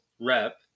rep